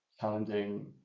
challenging